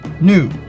new